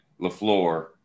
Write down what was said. LaFleur